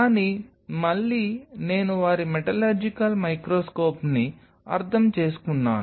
కానీ మళ్ళీ నేను వారి మెటలర్జికల్ మైక్రోస్కోప్ని అర్థం చేసుకున్నాను